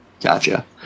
Gotcha